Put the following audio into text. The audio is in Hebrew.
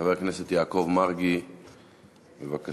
חבר הכנסת יעקב מרגי, בבקשה.